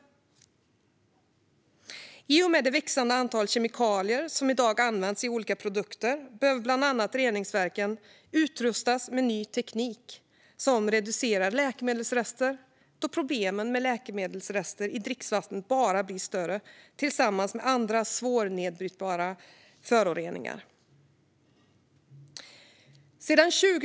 I och med det växande antalet kemikalier som i dag används i olika produkter behöver bland annat reningsverken utrustas med ny teknik som reducerar läkemedelsrester, då problemen med läkemedelsrester tillsammans med andra svårnedbrytbara föroreningar i dricksvattnet bara blir större.